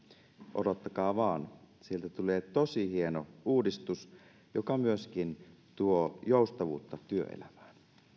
odottakaa vain sieltä tulee tosi hieno uudistus joka myöskin tuo joustavuutta työelämään